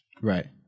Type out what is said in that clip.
Right